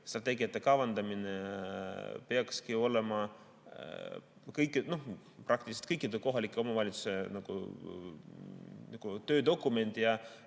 strateegiate kavandamine peakski olema praktiliselt kõikide kohalike omavalitsuste töödokument ja